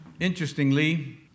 Interestingly